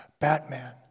*Batman*